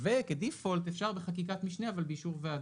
וכברירת מחדל אפשר בחקיקת משנה, אבל באישור וועדה.